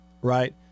right